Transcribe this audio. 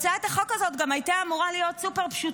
הצעת החוק הזאת גם הייתה אמורה להיות סופר-פשוטה,